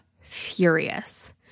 furious